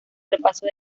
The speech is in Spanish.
repaso